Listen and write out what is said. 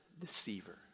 deceiver